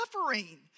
suffering